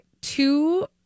two